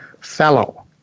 Fellow